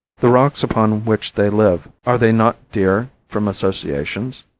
the rocks upon which they live, are they not dear from associations?